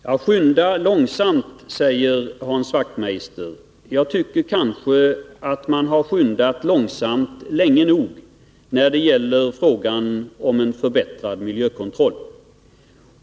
Herr talman! Skynda långsamt! säger Hans Wachtmeister. Jag tycker kanske att man har skyndat långsamt länge nog när det gäller frågan om en förbättrad miljökontroll.